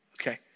okay